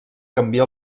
canvia